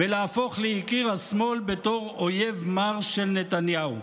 ולהפוך ליקיר השמאל בתור אויב מר של נתניהו.